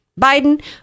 Biden